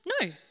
No